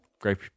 great